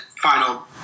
final